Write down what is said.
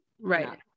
Right